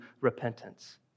repentance